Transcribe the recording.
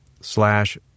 Slash